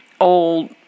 old